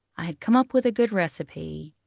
i had come up with a good recipe.